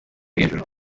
hejuru